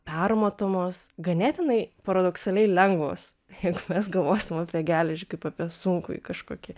permatomos ganėtinai paradoksaliai lengvos jeigu mes galvosim apie geležį kaip apie sunkųjį kažkokį